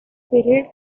period